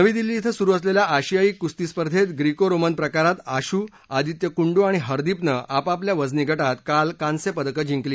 नवी दिल्ली इथं सुरु असलेल्या आशियायी कुस्ती स्पर्धेत ग्रेको रोमन प्रकारात आशु आदित्य कुंडू आणि हरदीपनं आपापल्या वजनी गात काल कांस्य पदकं जिंकली